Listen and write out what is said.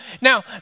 now